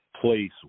place